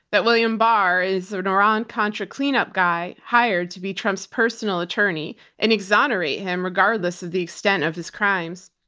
that william barr is an iran contra cleanup guy hired to be trump's personal attorney and exonerate him regardless of the extent of his crimes.